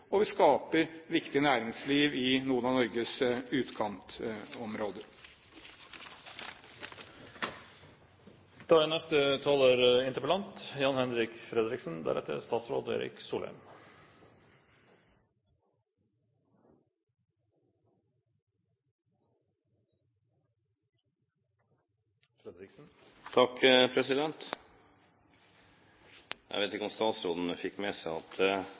og vi skaper viktig næringsliv i noen av Norges utkantområder. Jeg vet ikke om statsråden fikk med seg at jeg brukte en tredjedel av taletiden på Øvre Anárjohka nasjonalpark. Jeg hørte ikke ett svar som gikk på det at